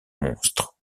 monstre